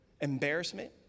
Embarrassment